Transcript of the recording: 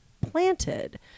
planted